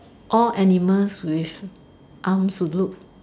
all animals with arms who look